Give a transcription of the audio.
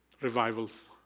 revivals